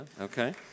Okay